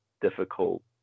difficult